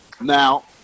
Now